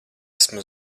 esmu